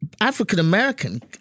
African-American